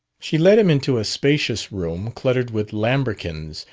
she led him into a spacious room cluttered with lambrequins,